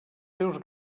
seus